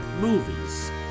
movies